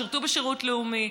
שירתו בשירות לאומי,